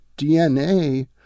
DNA